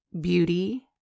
beauty